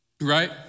Right